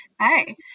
Hi